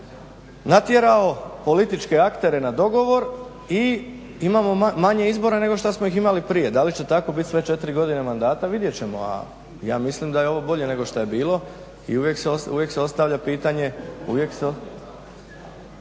natjerao političke aktere na dogovor i imamo manje izbora nego šta smo ih imali prije. Da li će tako biti sve četiri godine mandata vidjeti ćemo a ja mislim da je ovo bolje nego šta je bilo. I uvijek se ostavlja pitanje,